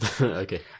Okay